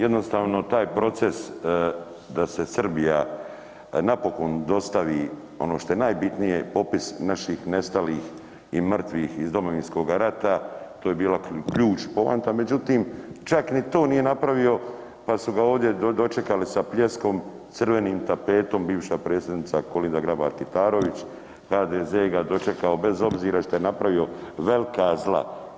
Jednostavno, taj proces da se Srbija napokon dostavi, ono što je najbitnije, popis naših nestalih i mrtvih iz Domovinskoga rata, to je bila ključ, poanta, međutim, čak ni to nije napravio pa su ga ovdje dočekali sa pljeskom, crvenim tapetom, bivša predsjednica Kolinda Grabar Kitarović, HDZ ga dočekao, bez obzira što je napravio velika zla.